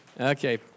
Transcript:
Okay